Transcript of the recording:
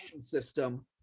system